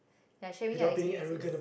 yeah sharing your experiences